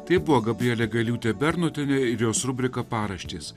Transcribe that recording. tai buvo gabrielė gailiūtė bernotienė ir jos rubrika paraštės